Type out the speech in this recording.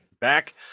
back